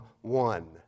one